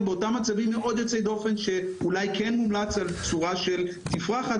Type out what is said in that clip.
באותם מצבים מאוד יוצאי דופן שאולי כן מומלץ על תצורה של תפרחת,